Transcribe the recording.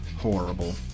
Horrible